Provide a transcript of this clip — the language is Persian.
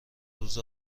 روز